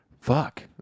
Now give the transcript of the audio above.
fuck